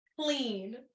clean